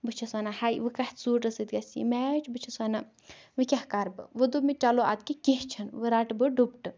بہٕ چھس ونان ہاے وۄنۍ کَتھ سوٹس سۭتۍ گَژھہِ یہِ میچ بہٕ چھس ونان وۄنۍ کیٛاہ کَرٕ بہٕ وۄنۍ دوپ مےٚ چلو اَدٕکیاہ کیٚنٛہہ چھُنہٕ وۄنۍ رَٹہٕ بہٕ دُپٹہٕ